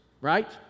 right